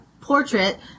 portrait